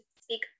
speak